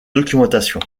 documentation